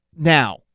Now